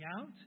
out